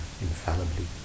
infallibly